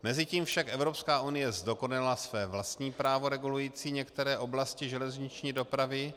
Mezitím však Evropská unie zdokonalila své vlastní právo regulující některé oblasti železniční dopravy.